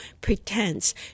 pretense